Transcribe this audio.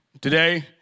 Today